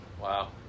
Wow